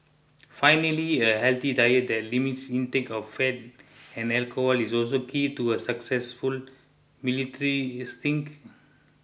finally a healthy diet that limits intake of fat and alcohol is also key to a successful military stint